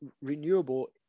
Renewable